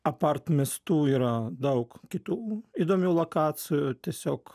apart miestų yra daug kitų įdomių lokacijų tiesiog